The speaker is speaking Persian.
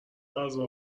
غذا